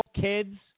kids